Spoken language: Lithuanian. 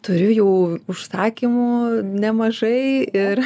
turiu jų užsakymų nemažai ir